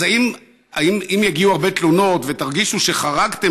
אז אם יגיעו הרבה תלונות ותרגישו שחרגתם